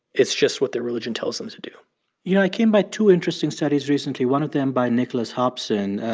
it's just what their religion tells them to do you know, i came by two interesting studies recently, one of them by nicholas hobson.